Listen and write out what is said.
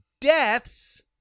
deaths